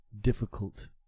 difficult